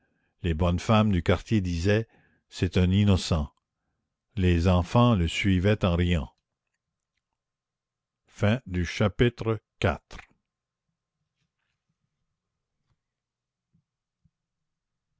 les bonnes femmes du quartier disaient c'est un innocent les enfants le suivaient en riant